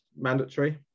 mandatory